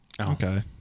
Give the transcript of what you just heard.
Okay